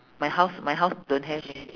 my house my house don't have leh